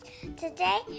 Today